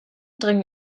dringen